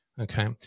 Okay